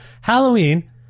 Halloween